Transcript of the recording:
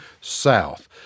South